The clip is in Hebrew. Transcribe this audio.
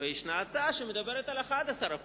ויש הצעה שמדברת על 11%